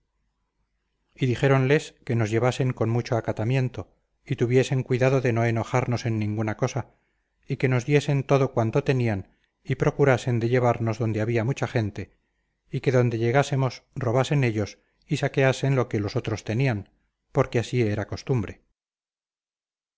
y dijéronles que nos llevasen con mucho acatamiento y tuviesen cuidado de no enojarnos en ninguna cosa y que nos diesen todo cuanto tenían y procurasen de llevarnos donde había mucha gente y que donde llegásemos robasen ellos y saqueasen lo que los otros tenían porque así era costumbre